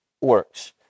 works